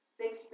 fix